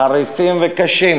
חריפים וקשים,